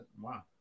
Wow